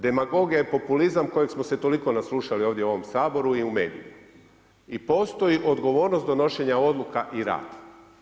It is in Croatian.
Demagogija i populizam kojeg smo se toliko naslušali ovdje u Saboru i u medijima i postoji odgovornost donošenja odluka i rad.